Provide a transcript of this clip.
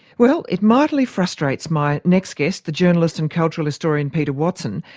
well, it mightily frustrates my next guest, the journalist and cultural historian, peter watson,